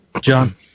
John